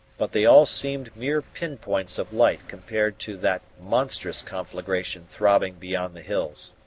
but they all seemed mere pin-points of light compared to that monstrous conflagration throbbing beyond the hills.